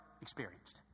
experienced